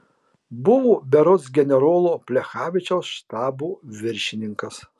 buvo berods generolo plechavičiaus štabo viršininkas